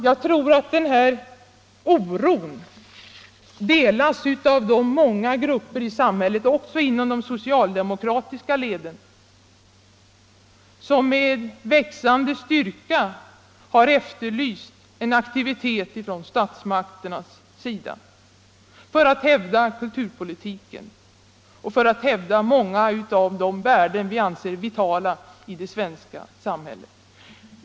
Jag tror att denna oro delas av de många grupper i samhället — också inom det socialdemokratiska ledet — som med växande styrka efterlyst en aktivitet från statsmakternas sida för att hävda kulturpolitiken och för att hävda många av de värden vi anser vitala i det svenska samhället.